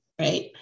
right